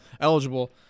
eligible